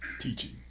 teaching